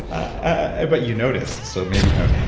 ah but you noticed, so maybe no.